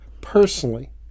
personally